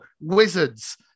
wizards